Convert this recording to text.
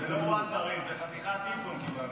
זה לא וזארי, חתיכת איפון קיבלנו.